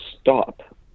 stop